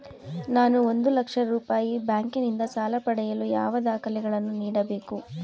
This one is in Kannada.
ನಾನು ಒಂದು ಲಕ್ಷ ರೂಪಾಯಿ ಬ್ಯಾಂಕಿನಿಂದ ಸಾಲ ಪಡೆಯಲು ಯಾವ ದಾಖಲೆಗಳನ್ನು ನೀಡಬೇಕು?